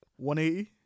180